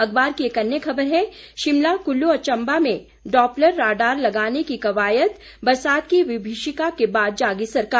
अखबार की एक अन्य खबर है शिमला कुल्लु और चम्बा में डॉप्लर राडार लगाने की कवायद बरसात की विभीषिका के बाद जागी सरकार